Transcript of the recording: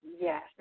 yes